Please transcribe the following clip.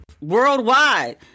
worldwide